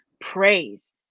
praise